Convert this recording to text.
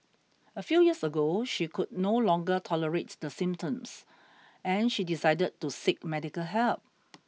a few years ago she could no longer tolerate the symptoms and she decided to seek medical help